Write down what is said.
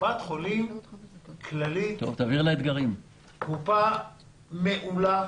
קופת חולים כללית היא קופה מעולה,